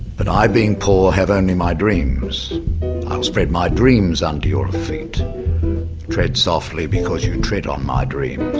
but i, being poor, have only my dreams i' spread my dreams under your feet tread softly because you tread on my dreams.